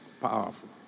powerful